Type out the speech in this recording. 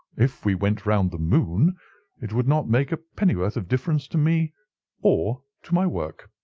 if we went round the moon it would not make a pennyworth of difference to me or to my work.